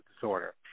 disorder